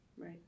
Right